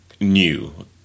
new